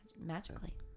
Magically